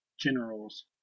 generals